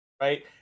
Right